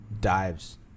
dives